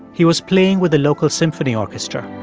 he was playing with the local symphony orchestra